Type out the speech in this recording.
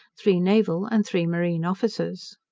three naval, and three marine officers.